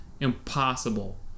impossible